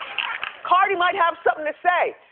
cardi might have something to say.